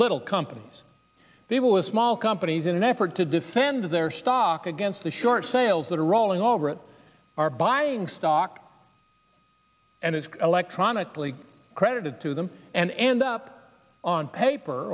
little companies they were small companies in an effort to defend their stock against the short sales that are rolling already are buying stock and it's electronically credited to them and end up on paper